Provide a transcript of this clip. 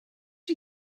you